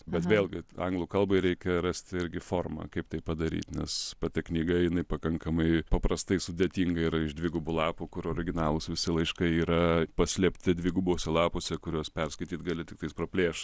bet vėlgi anglų kalbai reikia rasti irgi formą kaip tai padaryti nes pati knyga jinai pakankamai paprastai sudėtinga yra iš dvigubų lapų kur originalūs visi laiškai yra paslėpti dvigubuose lapuose kuriuos perskaityt gali tiktai praplėšus